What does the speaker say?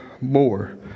more